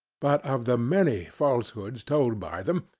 but of the many falsehoods told by them,